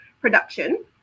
production